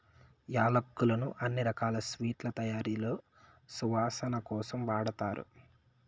యాలక్కులను అన్ని రకాల స్వీట్ల తయారీలో సువాసన కోసం వాడతారు